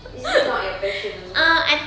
is it not your passion also